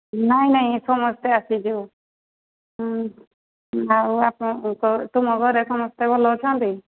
ନାହିଁ ନାହିଁ ସମସ୍ତେ ଆସିଛୁ ଆଉ ତୁମ ଘରେ ସମସ୍ତେ ଭଲ ଅଛନ୍ତି